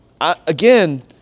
again